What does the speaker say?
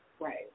right